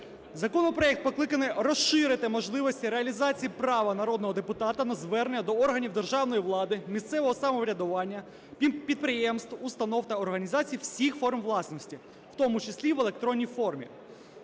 Законопроект покликаний розширити можливості реалізації права народного депутата на звернення до органів державної влади, місцевого самоврядування, підприємств, установ та організацій всіх форм власності, в тому числі в електронній формі.